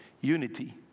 unity